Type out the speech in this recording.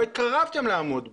לא התקרבתם לעמוד בו.